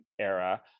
era